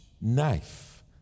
knife